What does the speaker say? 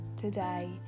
today